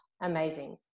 amazing